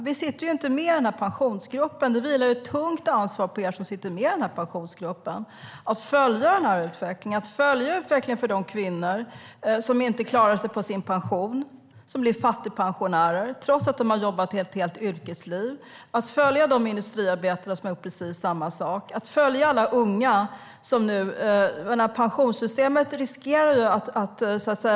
Vi sitter inte med i Pensionsgruppen, och det vilar ett tungt ansvar på er som gör det att följa utvecklingen för de kvinnor som inte klarar sig på sin pension och blir fattigpensionärer trots att de har jobbat ett helt yrkesliv, att följa utvecklingen för de industriarbetare som har gjort precis samma sak och att följa alla unga som nu ska in i arbetslivet.